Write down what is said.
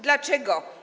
Dlaczego?